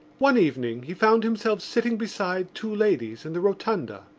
one evening he found himself sitting beside two ladies in the rotunda.